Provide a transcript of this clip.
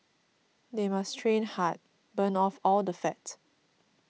they must train hard burn off all the fat